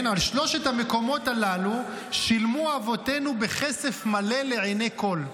על שלושת המקומות הללו שילמו אבותינו בכסף מלא לעיני כול.